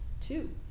Two